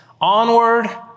Onward